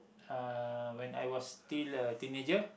uh when I was still a teenager